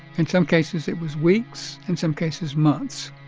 in some cases, it was weeks in some cases, months.